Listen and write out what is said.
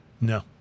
No